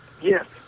Yes